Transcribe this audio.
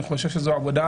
אני חושב שזו עבודה